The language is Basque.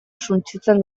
suntsitzen